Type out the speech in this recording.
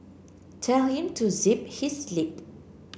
tell him to zip his lip